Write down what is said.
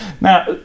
Now